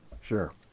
Sure